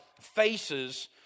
faces